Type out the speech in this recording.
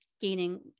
gaining